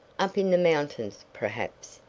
up in the mountains perhaps.